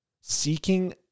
Seeking